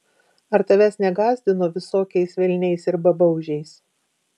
ar tavęs negąsdino visokiais velniais ir babaužiais